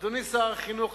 אדוני שר החינוך,